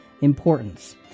importance